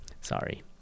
Sorry